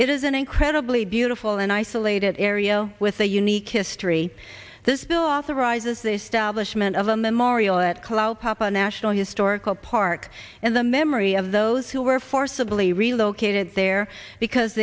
it is an incredibly beautiful and isolated area with a unique history this bill authorizes this stablish meant of a memorial at callao papa national historical park in the memory of those who were forcibly relocated there because